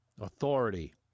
authority